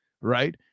right